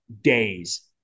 days